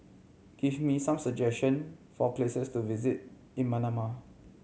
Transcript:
give me some suggestion for places to visit in Manama